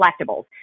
collectibles